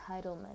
entitlement